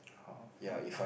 okay